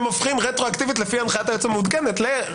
הם הופכים רטרואקטיבית לפי הנחיית היועץ המעודכנת לפרלמנטרית.